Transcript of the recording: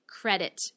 credit